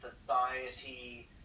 society